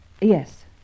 Yes